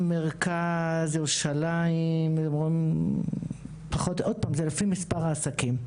מרכז, ירושלים, עוד הפעם זה לפי מספר העסקים.